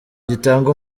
gitanga